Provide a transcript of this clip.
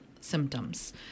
symptoms